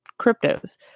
cryptos